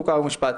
חוקה ומשפט.